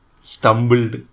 stumbled